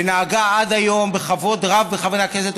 ונהגה עד היום בכבוד רב בחברי הכנסת,